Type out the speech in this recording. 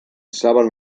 saben